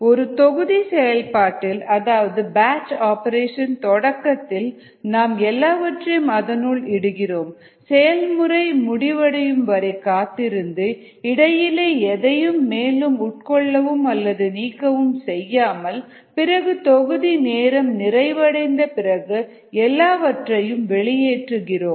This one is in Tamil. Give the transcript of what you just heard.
ஒரு தொகுதி செயல்பாட்டில் அதாவது பேட்ச் ஆப்பரேஷன் தொடக்கத்தில் நாம் எல்லாவற்றையும் அதனுள் இடுகிறோம் செயல்முறை முடிவடையும் வரை காத்திருந்து இடையிலே எதையும் மேலும் உட்கொள்ளவும் அல்லது நீக்கவும் செய்யாமல் பிறகு தொகுதி நேரம் நிறைவடைந்த பிறகு எல்லாவற்றையும் வெளியேற்றுகிறோம்